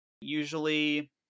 Usually